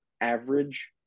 average